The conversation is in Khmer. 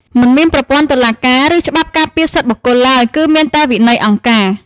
មិនមានប្រព័ន្ធតុលាការ ឬច្បាប់ការពារសិទ្ធិបុគ្គលឡើយ គឺមានតែ «វិន័យអង្គការ»។